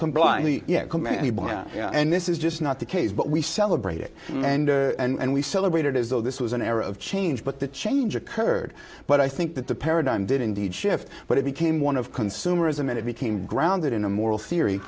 complete blindly yet commanded and this is just not the case but we celebrate it and and we celebrated as though this was an era of change but the change occurred but i think that the paradigm did indeed shift but it became one of consumerism and it became grounded in a moral theory